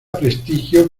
prestigio